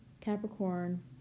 Capricorn